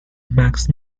max